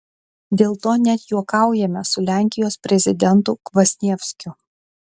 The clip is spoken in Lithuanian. dėl to net juokaujame su lenkijos prezidentu kvasnievskiu